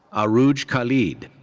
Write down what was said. arooj khalid.